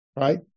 right